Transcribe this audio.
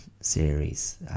series